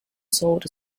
sold